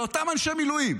לאותם אנשי מילואים: